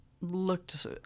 looked